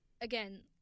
again